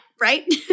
right